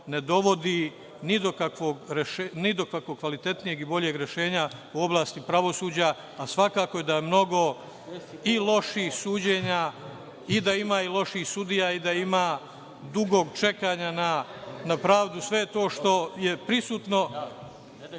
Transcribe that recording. ne dovodi ni do kvalitetnijeg i boljeg rešenja u oblasti pravosuđa, a svakako je da je mnogo i loših suđenja, i da ima i loših sudija i da ima dugog čekanja na pravdu. Sve to što je prisutno